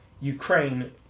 Ukraine